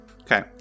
Okay